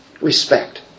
respect